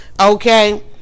Okay